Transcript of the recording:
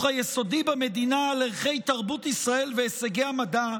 היסודי במדינה על ערכי תרבות ישראל והישגי המדע,